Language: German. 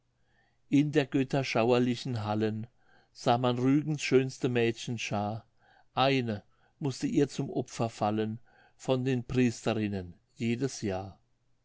in der götter schauerlichen hallen sah man rügens schönste mädchenschaar eine mußte ihr zum opfer fallen von den priesterinnen jedes jahr